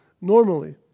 normally